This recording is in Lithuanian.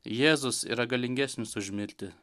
jėzus yra galingesnis už mirtį